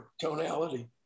Tonality